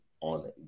on